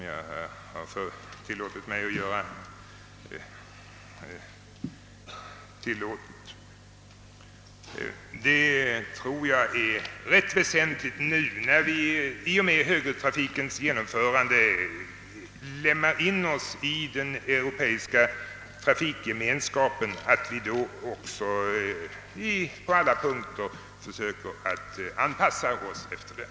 Jag tror det är rätt väsentligt nu när vi vid högertrafikens införande lemmar in oss i den europeiska trafikgemenskapen, att vi också på alla punkter försöker anpassa oss efter den.